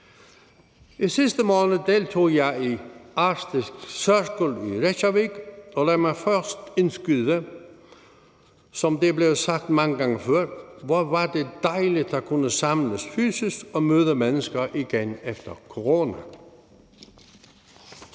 I sidste måned deltog jeg i Arctic Circle i Reykjavik, og lad mig først sige, som det er blevet sagt mange gange før: Hvor var det dejligt at kunne samles fysisk og møde mennesker igen efter corona.